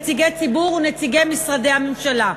נציגי ציבור ונציגי משרדי הממשלה.